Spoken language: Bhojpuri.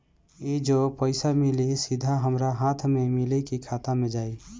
ई जो पइसा मिली सीधा हमरा हाथ में मिली कि खाता में जाई?